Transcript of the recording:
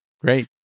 Great